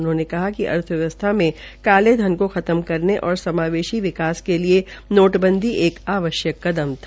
उन्होंने कहा कि अर्थव्यवस्था में काले धन को खत्म करने और और और समावेश विकास करने के लिए नोटबंदी एक आवश्यक कदम था